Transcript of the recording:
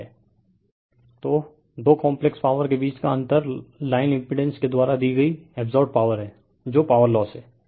refer slide time 3024 तो दो complex power के बीच का अंतर लाइन इम्पिड़ेंस के द्वारा की गई अब्सोर्बड पॉवर है जो पॉवर लोस है